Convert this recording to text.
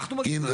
אנחנו מגזימים?